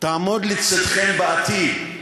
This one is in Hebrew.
תעמוד לצדכם בעתיד,